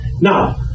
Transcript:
Now